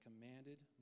commanded